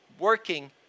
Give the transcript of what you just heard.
working